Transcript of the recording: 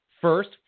First